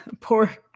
Poor